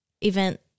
event